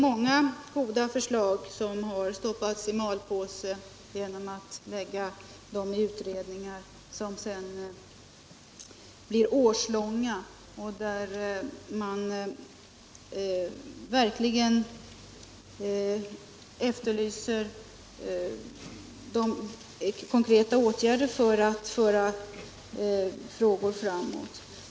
Många goda förslag har stoppats i malpåse genom att frågorna överlämnats till årslånga utredningar, där man verkligen kan efterlysa konkreta åtgärder för att föra frågorna framåt.